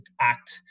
act